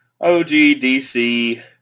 OGDC